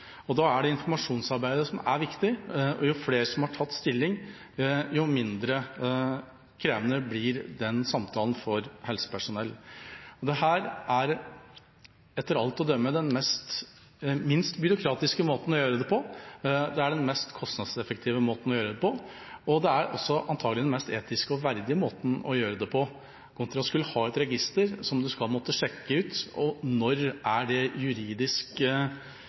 Da er det informasjonsarbeidet som er viktig, og jo flere som har tatt stilling, jo mindre krevende blir den samtalen for helsepersonell. Dette er etter alt å dømme den minst byråkratiske måten å gjøre det på. Det er den mest kostnadseffektive måten å gjøre det på, og det er antagelig også den mest etiske og verdige måte å gjøre det på, kontra å skulle ha et register som man skal måtte sjekke ut. Og når er det juridisk